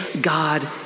God